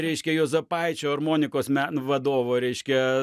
reiškia juozapaičio armonikos meno vadovo reiškia